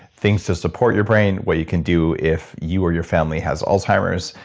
things to support your brain? what you can do if you or your family has alzheimer's?